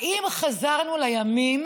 האם חזרנו לימים